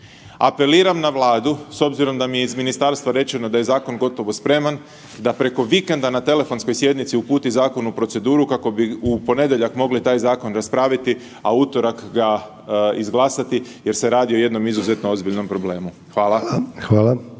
apeliram na Vladu s obzirom da mi je iz ministarstva rečeno da je zakon gotovo spreman, da preko vikenda na telefonskoj sjednici uputi zakon u proceduru kako bi u ponedjeljak mogli taj zakon raspraviti, a u utorak ga izglasati jer se radi o jednom izuzetno ozbiljnom problemu. Hvala.